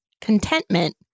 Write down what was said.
contentment